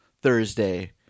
Thursday